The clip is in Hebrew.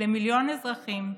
למיליון אזרחים,